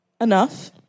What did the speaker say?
Enough